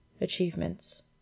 achievements